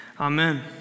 Amen